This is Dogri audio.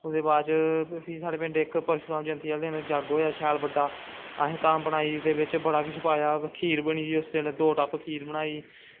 फेही ओह्दे बाद साढ़े पिंड परशुराम ज्यंति आह्ले दिन जग होया बड्डा असैं धाम बनाई ओह्दे च बड़ा किश पाया खार बनी दी हीउस दिन दो टप्प खार बनी दी ही